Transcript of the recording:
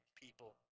people